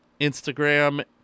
Instagram